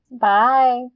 Bye